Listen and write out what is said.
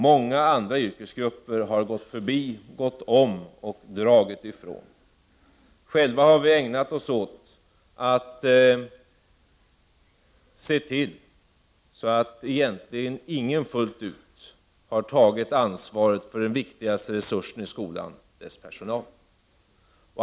Många andra yrkesgrupper har gått förbi, de har gått om och dragit ifrån. Det har blivit så, att egentligen ingen fullt ut har tagit ansvaret för den viktigaste resursen i skolan, dess personal.